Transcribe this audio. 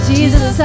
Jesus